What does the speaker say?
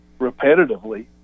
repetitively